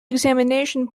examination